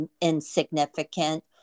insignificant